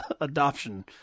adoption